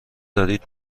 دارید